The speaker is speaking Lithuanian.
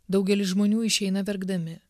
daugelis žmonių išeina verkdami